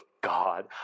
God